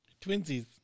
Twinsies